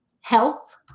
health